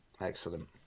excellent